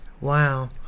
Wow